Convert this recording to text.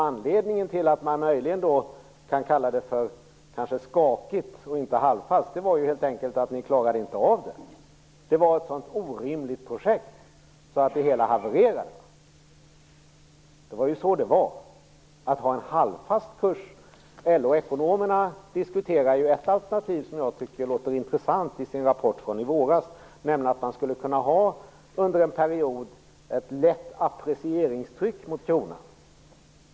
Anledningen till att man möjligen kunde kalla det för skakigt och inte halvfast var ju helt enkelt att ni inte klarade av det. Det var ett sådant orimligt projekt att det hela havererade. Så var det. LO-ekonomerna diskuterade i sin rapport i våras ett alternativ som jag tyckte var intressant, nämligen att man under en period skulle kunna ha ett lätt apprecieringstryck mot kronan.